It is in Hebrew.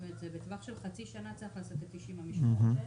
זאת אומרת זה בטווח של חצי שנה צריך לעשות את 90 המשמרות האלה.